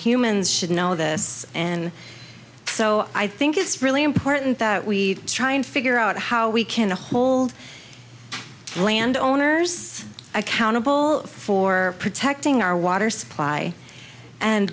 humans should know this and so i think it's really important that we try and figure out how we can to hold land owners accountable for protecting our water supply and